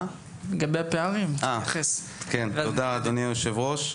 תודה, אדוני היושב-ראש.